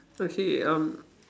so actually um